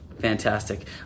Fantastic